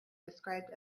described